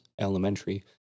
Elementary